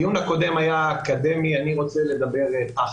הדיון הקודם היה אקדמי, אני רוצה לדבר תכל'ס.